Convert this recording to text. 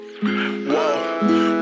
Whoa